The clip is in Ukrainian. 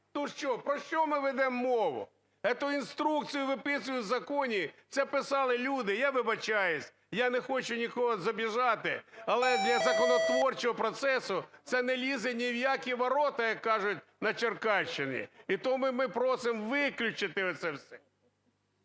про що ми ведемо мову? Цю інструкцію виписують в законі. Це писали люди, я вибачаюсь, я не хочу нікого обіжати, але для законотворчого процесу, це не лізе ні в які ворота, як кажуть на Черкащині. І тому ми просимо виключити оце все.